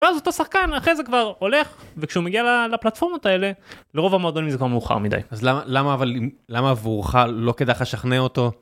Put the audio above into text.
ואז אותו שחקן אחרי זה כבר הולך וכשהוא מגיע לפלטפורמות האלה לרוב המועדונים זה כבר מאוחר מדי. אז למה עבורך לא כדאי לך לשכנע אותו?